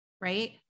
right